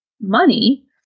money